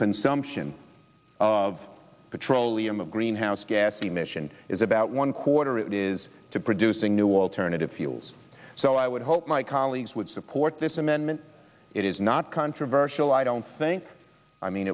consumption of petroleum of greenhouse gas emission is about one quarter it is to producing new alternative fuels so i would hope my colleagues would support this amendment it is not controversial i don't think i mean